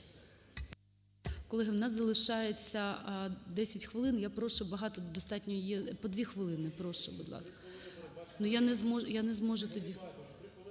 Колеги, у нас залишається 10 хвилин. Я прошу, багато достатньо є… По 2 хвилини, прошу, будь ласка. (Шум у залі)